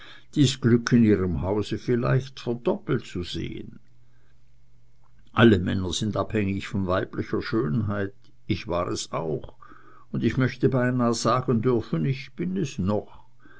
dies glück in ihrem hause vielleicht verdoppelt zu sehen alle männer sind abhängig von weiblicher schönheit ich war es auch und ich möchte beinah sagen dürfen ich bin es noch